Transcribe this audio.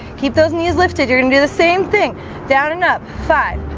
keep those knees lifted you're gonna do the same thing down and up five